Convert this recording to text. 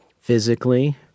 physically